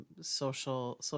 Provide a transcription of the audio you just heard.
social